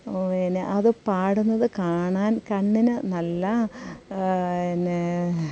പിന്നെ അതു പാടുന്നതു കാണാൻ കണ്ണിനു നല്ല പിന്നെ